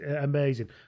amazing